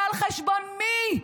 ועל חשבון מי?